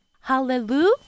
Hallelujah